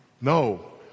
No